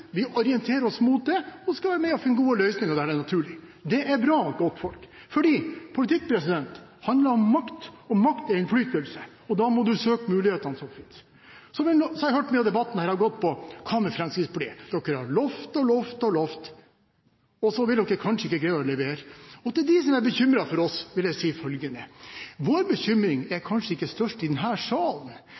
vi orienterer oss mot det, og så skal vi være med og finne gode løsninger der det er naturlig. Det er bra, for politikk handler om makt, og makt er innflytelse, og da må du søke de mulighetene som finnes. Jeg har hørt at mye av debatten her har gått på: Hva med Fremskrittspartiet – dere har lovet og lovet og lovet, og så vil dere kanskje ikke greie å levere? Til dem som er bekymret for oss, vil jeg si følgende: Vår bekymring er kanskje ikke størst i denne salen, den